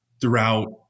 throughout